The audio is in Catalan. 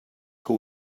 que